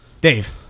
Dave